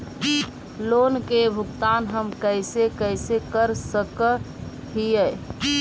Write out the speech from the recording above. Loan के भुगतान हम कैसे कैसे कर सक हिय?